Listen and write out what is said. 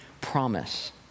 promise